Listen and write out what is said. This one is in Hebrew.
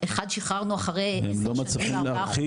אחד שחררנו אחרי עשר שנים --- הם לא מצליחים להרחיק,